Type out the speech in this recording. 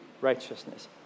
righteousness